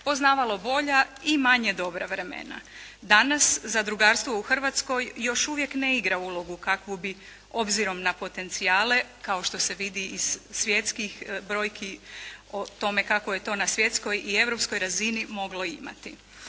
poznavalo bolja i manje dobra vremena. Danas zadrugarstvo u Hrvatskoj još uvijek ne igra ulogu kakvu bi obzirom na potencijale kao što se vidi iz svjetskih brojki o tome kako je to na svjetskoj i europskoj razini moglo imati.